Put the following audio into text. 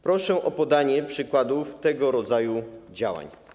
Proszę o podanie przykładów tego rodzaju działań.